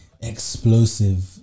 explosive